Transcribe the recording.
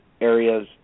areas